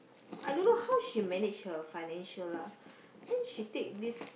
I dunno how she manage her financial lah she take this